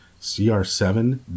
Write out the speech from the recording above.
CR7